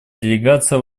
делегация